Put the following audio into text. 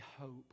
hope